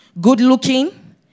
good-looking